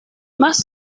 must